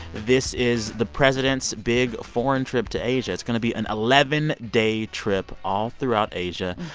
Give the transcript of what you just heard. this is the president's big foreign trip to asia. it's going to be an eleven day trip all throughout asia.